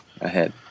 ahead